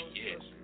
yes